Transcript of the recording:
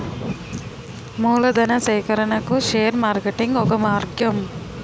మూలధనా సేకరణకు share marketing ఒక మార్గం